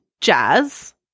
jazz